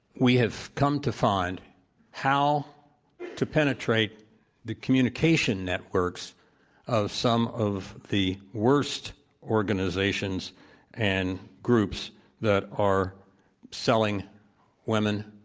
we have come to find how to penetrate the communication networks of some of the worst organizations and groups that are selling women,